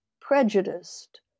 prejudiced